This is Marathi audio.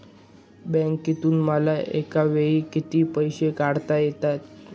बँकेतून मला एकावेळी किती पैसे काढता येतात?